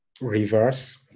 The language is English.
reverse